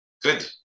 good